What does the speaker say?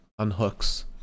Unhooks